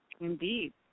Indeed